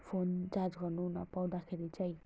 phone charge गर्नु नपाउँदाखेरि चाहिँ